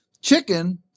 chicken